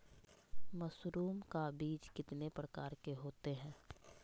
Mushroom का बीज कितने प्रकार के होते है?